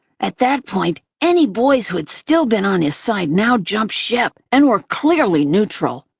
at that point, any boys who had still been on his side now jumped ship and were clearly neutral.